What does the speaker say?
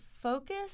focus